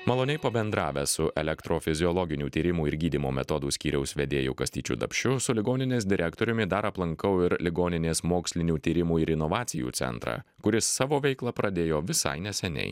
maloniai pabendravęs su elektrofiziologinių tyrimų ir gydymo metodų skyriaus vedėju kastyčiu dapšiu su ligoninės direktoriumi dar aplankau ir ligoninės mokslinių tyrimų ir inovacijų centrą kuris savo veiklą pradėjo visai neseniai